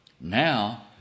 now